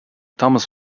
thomas